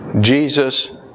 Jesus